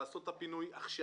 לעשות את הפינוי עכשיו.